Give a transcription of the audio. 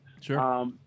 Sure